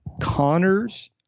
Connor's